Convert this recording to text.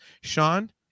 Sean